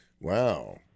Wow